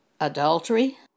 Adultery